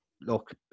look